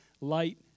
light